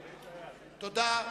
תודה.